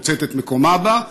מוצאת את מקומה בה,